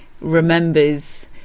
remembers